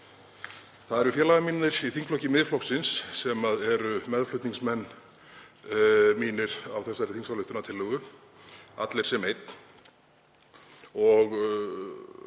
Það eru félagar mínir í þingflokki Miðflokksins sem eru meðflutningsmenn á þessari þingsályktunartillögu, allir sem einn.